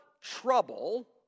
trouble